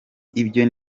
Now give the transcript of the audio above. ibyo